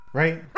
right